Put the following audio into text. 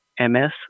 ms